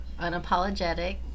Unapologetic